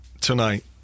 tonight